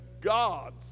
God's